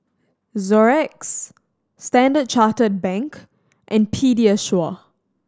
Xorex Standard Chartered Bank and Pediasure